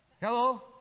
Hello